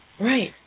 Right